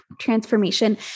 transformation